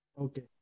Okay